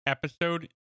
Episode